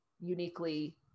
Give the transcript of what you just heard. uniquely